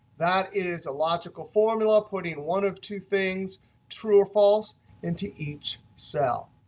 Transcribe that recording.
that it is a logical formula, putting one of two things true or false into each cell.